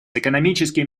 экономическим